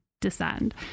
descend